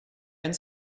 and